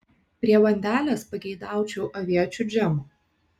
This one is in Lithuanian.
prie bandelės pageidaučiau aviečių džemo